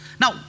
Now